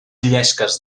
llesques